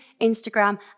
Instagram